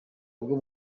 bwo